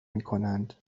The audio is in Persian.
میکنند